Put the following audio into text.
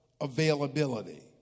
availability